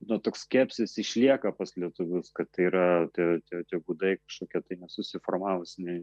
nu toks skepsis išlieka pas lietuvius kad tai yra ir tie tie gudai kažkokie tai nesusiformavusi